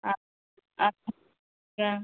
अ अच्छा क्या